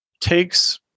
takes